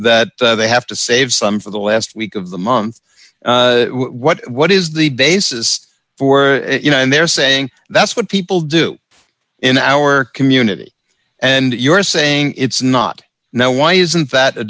that they have to save some for the last week of the month what what is the basis for you know and they're saying that's what people do in our community and you're saying it's not now why isn't that a